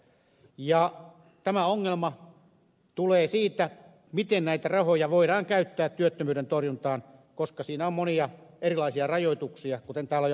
tämä ongelma tulee siitä miten näitä rahoja voidaan käyttää työttömyyden torjuntaan koska siinä on monia erilaisia rajoituksia kuten täällä jo aikaisemmin on kuultu